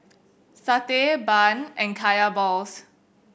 satay bun and Kaya balls